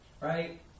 right